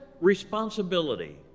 responsibility